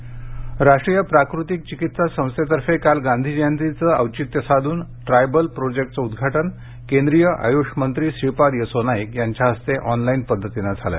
निसर्गोपचार राष्ट्रीय प्राकृतिक चिकित्सा संस्थेतर्फे काल गांधी जयंतीचं औचित्य साधून ट्रायबल प्रोजेक्टचं उदघाटन केंद्रीय आयुषमंत्री श्रीपाद येसो नाईक यांच्या हस्ते ऑनलाइन पद्धतीनं झाले